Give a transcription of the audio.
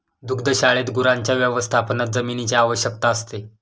दुग्धशाळेत गुरांच्या व्यवस्थापनात जमिनीची आवश्यकता असते